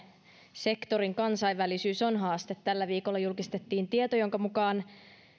sektorin kansainvälisyys on haaste tällä viikolla julkistettiin tieto jonka mukaan